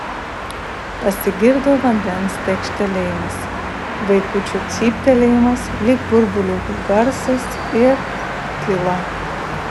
pasigirdo vandens tekštelėjimas vaikučio cyptelėjimas lyg burbuliukų garsas ir tyla